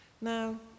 now